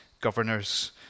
governors